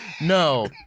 No